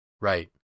right